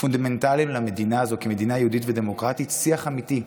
פונדמנטליים למדינה הזו כמדינה יהודית ודמוקרטית שיח אמיתי,